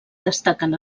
destaquen